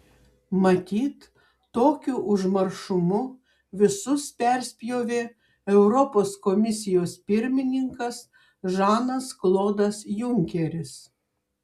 matyt tokiu užmaršumu visus perspjovė europos komisijos pirmininkas žanas klodas junkeris